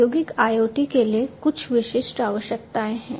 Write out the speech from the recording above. औद्योगिक IoT के लिए कुछ विशिष्ट आवश्यकताएं हैं